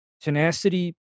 tenacity